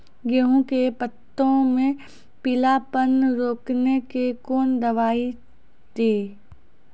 गेहूँ के पत्तों मे पीलापन रोकने के कौन दवाई दी?